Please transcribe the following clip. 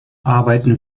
arbeiten